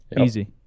Easy